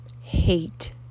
hate